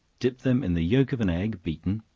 dip them in the yelk of an egg beaten,